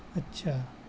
اچھا